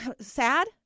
sad